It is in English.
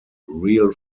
real